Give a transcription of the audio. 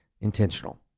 intentional